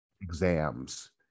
exams